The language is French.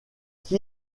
qui